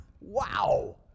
Wow